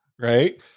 Right